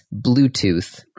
Bluetooth